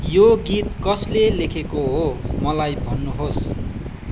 यो गीत कसले लेखेको हो मलाई भन्नुहोस्